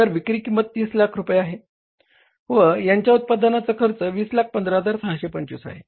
तर विक्री किंमत तीस लाख रुपये आहे व यांच्या उत्पादनाचा खर्च 2015625 आहे